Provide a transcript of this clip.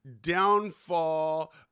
downfall